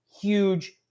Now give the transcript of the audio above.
huge